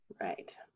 Right